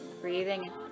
Breathing